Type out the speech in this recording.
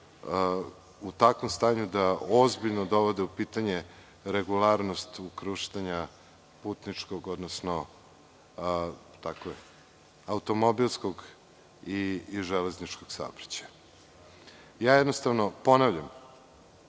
u takvom stanju da ozbiljno dovode u pitanje regularnost ukrštanja putničkog, odnosno automobilskog i železničkog saobraćaja. Jednostavno, ponavljam